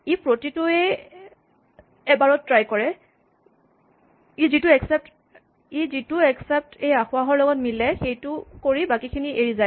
ই প্ৰতিটোৱেই এবাৰত ট্ৰাই নকৰে ই যিটো এক্সেপ্ট এই আসোঁৱাহৰ লগত মিলে সেইটো কৰি বাকীখিনি এৰি যায়